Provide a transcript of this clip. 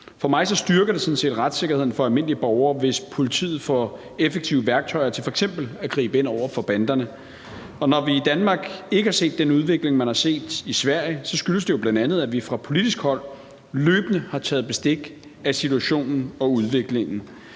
For mig styrker det sådan set retssikkerheden for almindelige borgere, hvis politiet får effektive værktøjer til f.eks. at gribe ind over for banderne, og når vi i Danmark ikke har set den udvikling, man har set i Sverige, skyldes det jo bl.a., at vi fra politisk hold løbende har taget bestik af situationen og udviklingen.